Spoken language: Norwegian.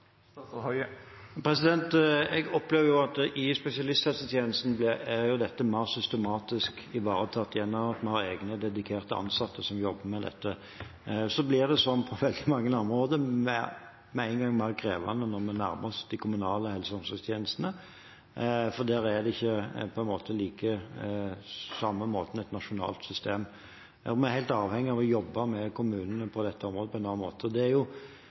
Jeg opplever at dette er mer systematisk ivaretatt i spesialisthelsetjenesten, gjennom at en har egne, dedikerte ansatte som jobber med dette. Det blir – som på veldig mange andre områder – med en gang mer krevende når vi nærmer oss de kommunale helse- og omsorgstjenestene, for der er det ikke på samme måte et nasjonalt system. Vi er helt avhengig av å jobbe på en annen måte med kommunene på dette området.